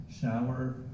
shower